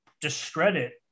discredit